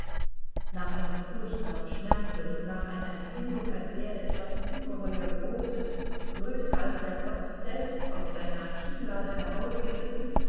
nach einem furchtbaren schmerze und nach einer empfindung als werde etwas ungeheuer großes größer als der kopf selbst aus seiner kinnlade herausgerissen